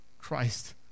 Christ